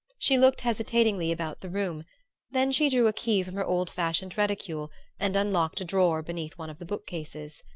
she looked hesitatingly about the room then she drew a key from her old-fashioned reticule and unlocked a drawer beneath one of the book-cases.